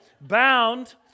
bound